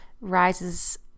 rises